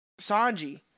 Sanji